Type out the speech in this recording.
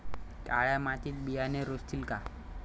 काळ्या मातीत बियाणे रुजतील का?